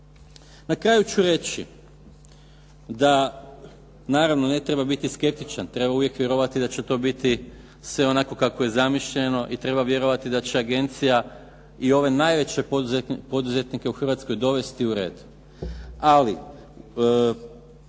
Na kraju ću reći da naravno ne treba biti skeptičan, treba uvijek vjerovati da će to biti sve onako kako je zamišljeno i treba vjerovati da će agencija i ove najveće poduzetnike u Hrvatskoj dovesti u red.